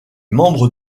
membre